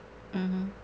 mmhmm